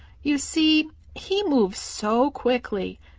you see he moves so quickly,